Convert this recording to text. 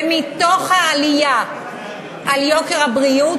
ומתוך העלייה ביוקר הבריאות,